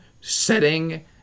setting